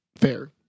fair